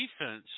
defense